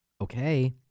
Okay